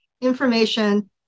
information